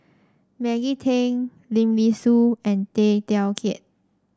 Maggie Teng Lim Nee Soon and Tay Teow Kiat